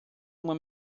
uma